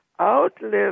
outlive